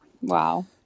Wow